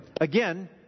Again